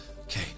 okay